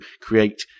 create